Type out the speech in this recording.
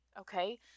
Okay